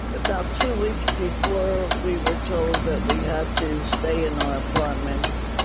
about two weeks before we were told that we had to stay in our apartments,